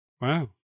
Wow